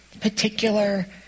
particular